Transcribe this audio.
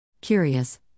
Curious